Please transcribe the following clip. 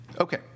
Okay